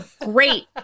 great